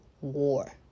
war